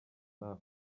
nta